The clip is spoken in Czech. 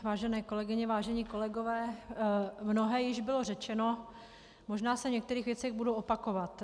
Vážené kolegyně, vážení kolegové, mnohé již bylo řečeno, možná se v některých věcech budu opakovat.